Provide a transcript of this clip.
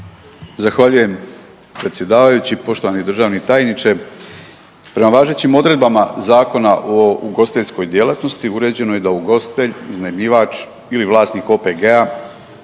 Zahvaljujem predsjedavajući. Poštovani državni tajniče, prema važećim odredbama Zakona o ugostiteljskoj djelatnosti uređeno je da ugostitelj, iznajmljivač ili vlasnik OPG-a